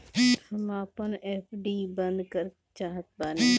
हम अपन एफ.डी बंद करेके चाहातानी